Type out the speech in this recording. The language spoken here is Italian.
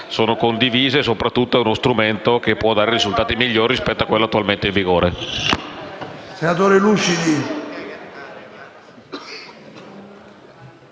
sono condivise e soprattutto è uno strumento che può dare risultati migliori rispetto a quello attualmente in vigore.